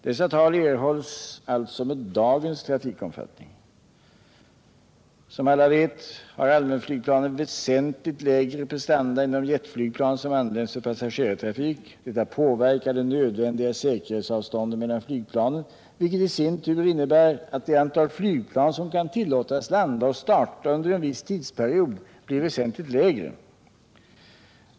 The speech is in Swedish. Dessa tal erhålls alltså med dagens trafikomfattning. Som alla vet har allmänflygplanen väsentligt lägre prestanda än de jetflygplan som används för passagerartrafik. Detta påverkar det nödvändiga säkerhetsavståndet mellan flygplanen, vilket i sin tur innebär att det antal flygplan som kan tillåtas starta och landa under en viss tidsperiod blir väsentligt lägre.